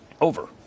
over